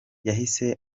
yahise